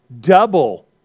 double